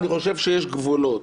אבל אני חושב שיש גבולות.